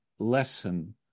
lesson